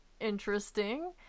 interesting